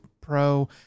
Pro